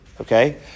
okay